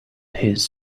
his